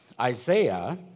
Isaiah